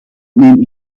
neem